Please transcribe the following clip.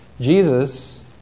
Jesus